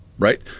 Right